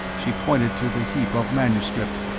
she pointed to the heap of manuscript.